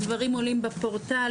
הדברים עולים בפורטלים,